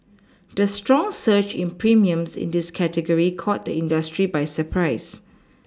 the strong surge in premiums in this category caught the industry by surprise